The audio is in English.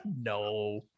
No